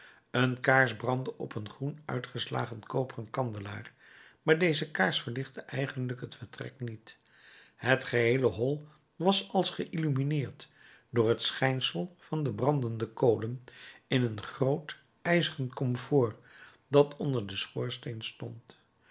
een kaars brandde op een groen uitgeslagen koperen kandelaar maar deze kaars verlichtte eigenlijk het vertrek niet het geheele hol was als geïllumineerd door het schijnsel van de brandende kolen in een groot ijzeren komfoor dat onder den schoorsteen